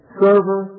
server